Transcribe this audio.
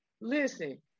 listen